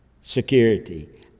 security